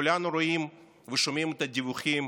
כולנו רואים ושומעים את הדיווחים